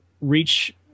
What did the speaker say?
reach